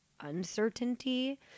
uncertainty